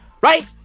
Right